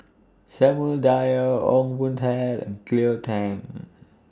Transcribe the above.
Samuel Dyer Ong Boon Tat and Cleo Thang